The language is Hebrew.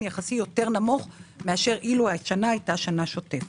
יחסי יותר נמוך מאשר אילו השנה היתה שנה שוטפת.